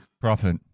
profit